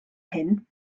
hyn